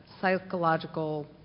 psychological